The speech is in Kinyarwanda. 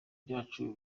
byacu